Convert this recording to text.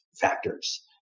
factors